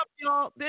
y'all